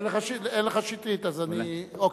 אוקיי.